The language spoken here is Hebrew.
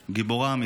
גיבורה אמיתית.